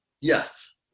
Yes